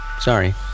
Sorry